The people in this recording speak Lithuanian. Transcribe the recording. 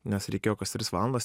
nes reikėjo kas tris valandas